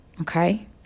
okay